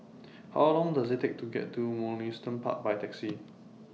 How Long Does IT Take to get to Mugliston Park By Taxi